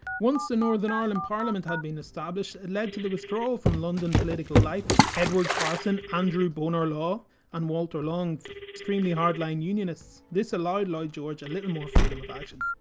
once the northern ireland parliament had been established, it led to the withdrawal from london political life of edward carson, andrew bonar law and walter long, three extremely hardline unionists. this allowed lloyd george a little more freedom of action.